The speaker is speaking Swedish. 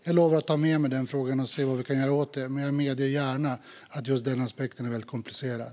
Jag lovar att ta med mig frågan och se vad vi kan göra åt detta, men jag medger gärna att just den aspekten är väldigt komplicerad.